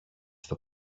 στο